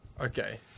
Okay